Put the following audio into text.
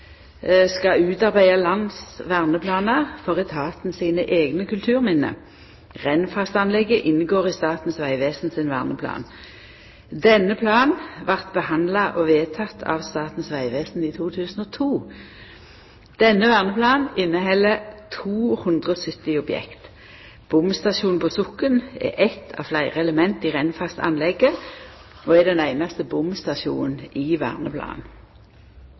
skal utarbeida landsverneplanar for etaten sine eigne kulturminne. Rennfastanlegget inngår i Statens vegvesen sin verneplan. Denne planen vart behandla og vedteken av Statens vegvesen i 2002. Denne verneplanen inneheld 270 objekt. Bomstasjonen på Sokn er eitt av fleire element i Rennfastanlegget, og er den einaste bomstasjonen i verneplanen.